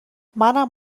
منم